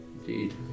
indeed